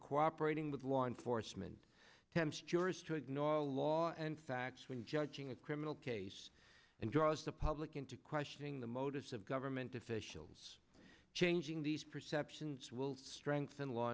cooperating with law enforcement temps jurist to ignore law and facts when judging a criminal case and draws the public into questioning the motives of government officials changing these perceptions will strengthen law